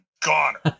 goner